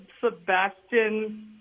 Sebastian